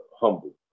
humble